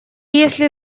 если